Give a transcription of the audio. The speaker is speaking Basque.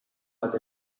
bat